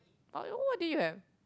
but what did you have